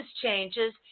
changes